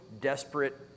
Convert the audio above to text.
desperate